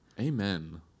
Amen